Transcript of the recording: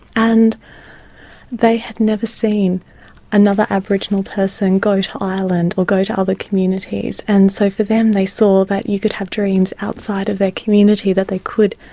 and they had never seen another aboriginal person go to ireland or go to other communities, and so for them they saw that you could have dreams outside of their community, that they could